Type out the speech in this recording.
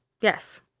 Yes